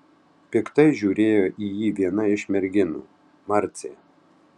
piktai žiūrėjo į jį viena iš merginų marcė